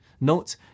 Note